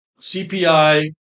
CPI